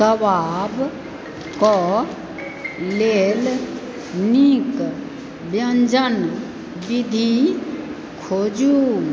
कबाबक लेल नीक व्यञ्जन बिधि खोजू